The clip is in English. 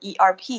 ERP